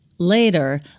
Later